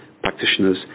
practitioners